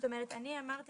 אמרתי